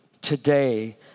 today